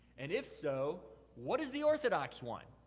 and if so, what is the orthodox one?